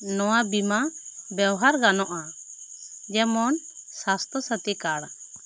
ᱱᱚᱣᱟ ᱵᱤᱢᱟ ᱵᱮᱣᱦᱟᱨ ᱜᱟᱱᱚᱜ ᱟ ᱡᱮᱢᱚᱱ ᱥᱟᱥᱛᱚ ᱥᱟᱛᱷᱤ ᱠᱟᱨᱰ